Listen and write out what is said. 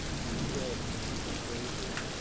yourself are the composer.